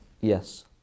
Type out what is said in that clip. Yes